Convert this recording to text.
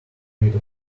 made